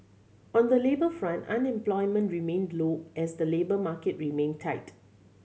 on the labour front unemployment remained low as the labour market remained tight